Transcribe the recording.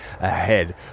ahead